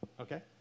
Okay